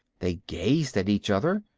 they gazed at each other.